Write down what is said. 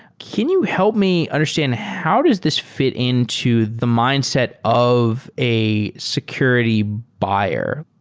can you help me understand, how does this fi t into the mindset of a security buyer?